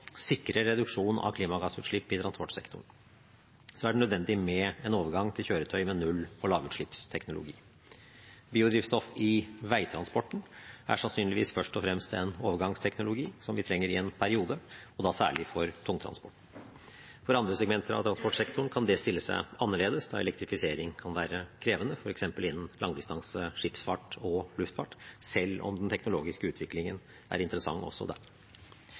sikre reduksjon av klimagassutslipp i transportsektoren er det nødvendig med en overgang til kjøretøy med null- og lavutslippsteknologi. Biodrivstoff i veitransporten er sannsynligvis først og fremst en overgangsteknologi, som vi trenger i en periode, og da særlig for tungtransporten. For andre segmenter av transportsektoren kan det stille seg annerledes da elektrifisering kan være krevende, f.eks. innen langdistanse skipsfart og luftfart, selv om den teknologiske utviklingen er interessant også der.